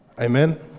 Amen